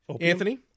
Anthony